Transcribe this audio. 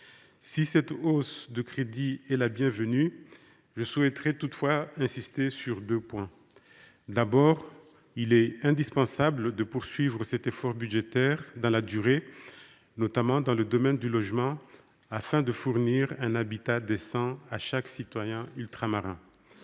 Si cette hausse des crédits est bienvenue, je souhaiterais toutefois insister sur deux points. Tout d’abord, il est indispensable de poursuivre cet effort budgétaire dans la durée, notamment dans le domaine du logement, afin de fournir un habitat décent à chaque citoyen ultramarin.